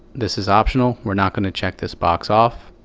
this is optional we're not going to check this box off.